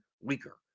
weaker